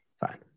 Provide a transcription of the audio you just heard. Fine